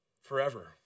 forever